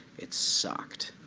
it sucked.